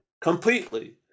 completely